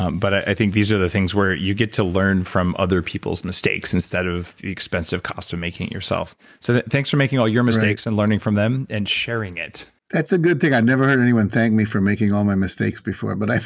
but i think these are the things where you get to learn from other people's mistakes instead of the expensive cost of making yourself so thanks for making all your mistakes and learning from them and sharing it that's a good thing. i've never heard anyone thank me for making all my mistakes before. but that's